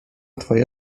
twoje